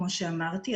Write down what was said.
כמו שאמרתי,